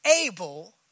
able